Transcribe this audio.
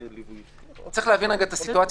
להבין את הסיטואציה.